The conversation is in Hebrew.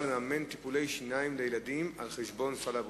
לממן טיפולי שיניים לילדים על חשבון סל הבריאות,